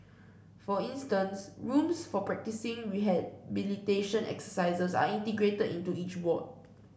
for instance rooms for practising rehabilitation exercises are integrated into each ward